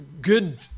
good